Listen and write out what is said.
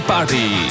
Party